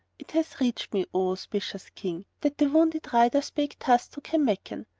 it hath reached me, o auspicious king, that the wounded rider spake thus to kanmakan,